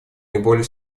наиболее